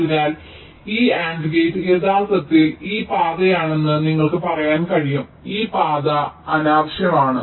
അതിനാൽ ഈ AND gate യഥാർത്ഥത്തിൽ ഈ പാതയാണെന്ന് നിങ്ങൾക്ക് പറയാൻ കഴിയും ഈ പാത അനാവശ്യമാണ്